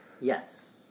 Yes